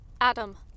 Adam